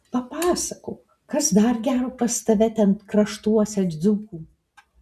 papasakok kas dar gero pas tave ten kraštuose dzūkų